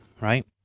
right